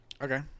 okay